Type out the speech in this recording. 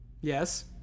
Yes